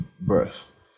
birth